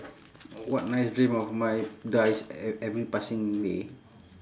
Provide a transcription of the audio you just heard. what nice dream of mine dies e~ every passing day